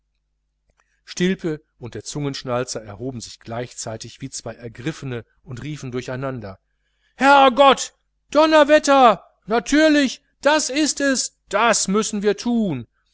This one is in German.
stilpe und der zungenschnalzer erhoben sich gleichzeitig wie zwei ergriffene und riefen durcheinander herrgott donnerwetter natürlich das ist es das müssen wir thun